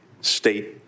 state